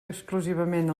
exclusivament